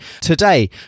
today